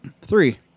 Three